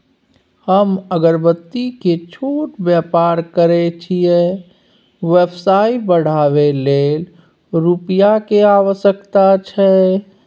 हम अगरबत्ती के छोट व्यापार करै छियै व्यवसाय बढाबै लै रुपिया के आवश्यकता छै?